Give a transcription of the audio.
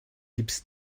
gips